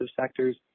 sectors